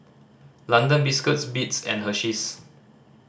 London Biscuits Beats and Hersheys